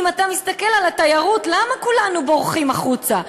אם אתה מסתכל על התיירות, למה כולנו בורחים החוצה?